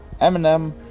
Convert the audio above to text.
Eminem